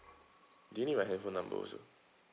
do you need my handphone number also